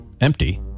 Empty